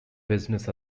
business